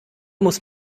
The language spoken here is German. muss